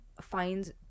finds